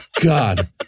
God